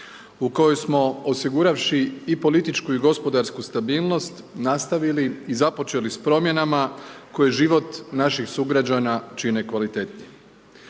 u koju smo osiguravši i političku i gospodarsku stabilnost nastavili i započeli s promjenama koje život naših sugrađana čine kvalitetnijim.